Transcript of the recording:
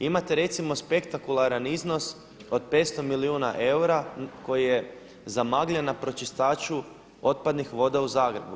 Imate recimo spektakularan iznos od 500 milijuna eura koji je zamagljen na pročistaču otpadnih voda u Zagrebu.